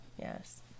Yes